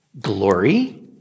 glory